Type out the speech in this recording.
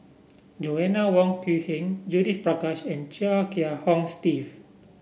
Joanna Wong Quee Heng Judith Prakash and Chia Kiah Hong Steve